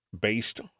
based